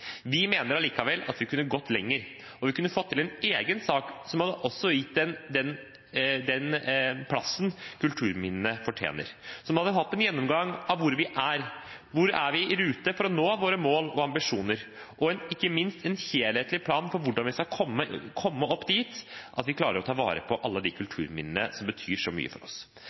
Vi mener allikevel at vi kunne gått lenger, og at vi kunne fått en egen sak som også hadde gitt kulturminnene den plassen de fortjener, som hadde hatt en gjennomgang av hvor vi er – om vi er i rute for å nå våre mål og ambisjoner – og ikke minst en helhetlig plan for hvordan vi skal komme dit at vi klarer å ta vare på alle de kulturminnene som betyr så mye for oss.